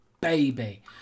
baby